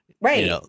right